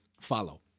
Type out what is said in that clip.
follow